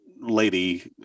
lady